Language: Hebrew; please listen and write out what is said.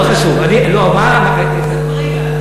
לא, מה פתאום, זאת, למיטב ידיעתי גם גפני לא.